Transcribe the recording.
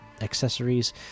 accessories